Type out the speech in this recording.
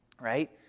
right